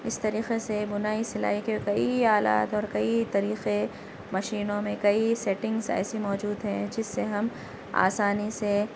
اس طریقے سے بنائی سلائی کے کئی آلات اور کئی طریقے مشینوں میں کئی سیٹنگس ایسی موجود ہیں جس سے ہم آسانی سے